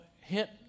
hit